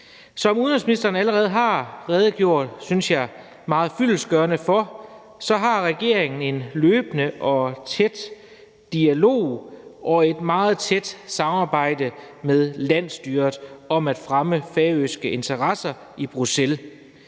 Som udenrigsministeren allerede har redegjort meget fyldestgørende for, synes jeg, har regeringen en løbende og tæt dialog og et meget tæt samarbejde med landsstyret om at fremme færøske interesser i Bruxelles.